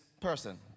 person